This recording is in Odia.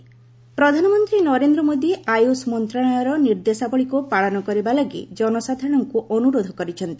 ପିଏମ୍ ଅପିଲ୍ ପ୍ରଧାନମନ୍ତ୍ରୀ ନରେନ୍ଦ୍ର ମୋଦି ଆୟୁଷ ମନ୍ତ୍ରଣାଳୟର ନିର୍ଦ୍ଦେଶାବଳୀକୁ ପାଳନ କରିବା ଲାଗି ଜନସାଧାରଣଙ୍କୁ ଅନୁରୋଧ କରିଛନ୍ତି